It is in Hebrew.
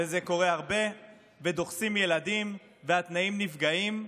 זה קורה הרבה, דוחסים ילדים, והתנאים נפגעים.